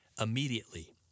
immediately